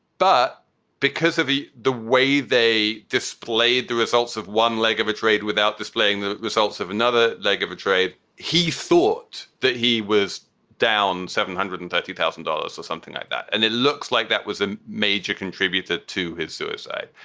but because of the way they displayed the results of one leg of a trade without displaying the results of another leg of a trade, he thought that he was down seven hundred and thirty thousand dollars or something like that. and it looks like that was a major contributor to his suicide.